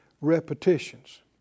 repetitions